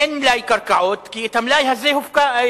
אין מלאי קרקעות, כי את המלאי הזה הפקיעו,